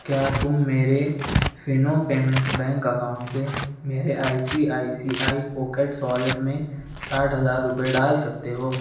کیا تم میرے فینو پیمینٹس بینک اکاؤنٹ سے میرے I C I C I pockets wallet میں ساٹھ ہزار روپئے ڈال سکتے ہو